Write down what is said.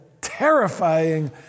terrifying